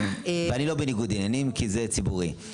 ואני לא בניגוד עניינים כי זה ציבורי.